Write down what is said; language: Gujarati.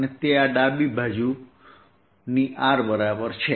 અને ડાબી બાજુ sszzdl થશે